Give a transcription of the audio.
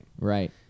Right